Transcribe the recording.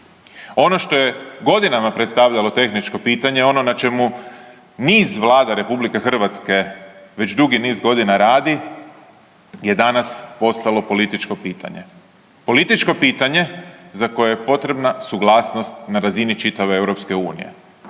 Ono što je godinama predstavljalo tehničko pitanje, ono na čemu niz vlada RH već dugi niz godina radi je danas postalo političko pitanje, političko pitanje za koje je potrebna suglasnost na razini čitave EU.